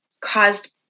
caused